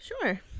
Sure